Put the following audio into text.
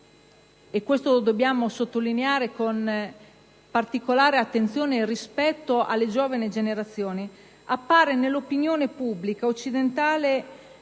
e questo lo dobbiamo sottolineare con particolare attenzione rispetto alle giovani generazioni - appare nell'opinione pubblica occidentale